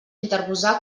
interposar